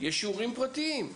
יש שיעורים פרטיים,